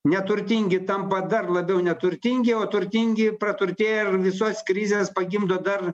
neturtingi tampa dar labiau neturtingi o turtingi praturtėja ir visuos krizės pagimdo dar